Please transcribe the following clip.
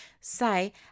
say